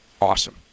Awesome